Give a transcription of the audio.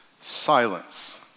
silence